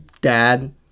dad